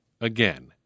again